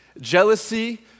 jealousy